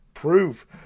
Proof